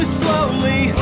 slowly